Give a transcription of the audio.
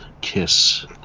kiss